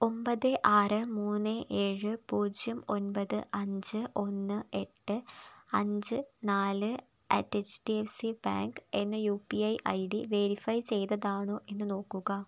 ഒമ്പത് ആറ് മൂന്ന് ഏഴ് പൂജ്യം ഒമ്പത് അഞ്ച് ഒന്ന് എട്ട് അഞ്ച് നാല് at H D F C bank എന്ന U P I I D verify ചെയ്തതാണോ എന്ന് നോക്കുക